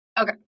okay